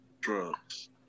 Drugs